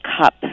cup